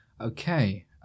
Okay